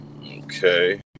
Okay